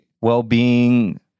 well-being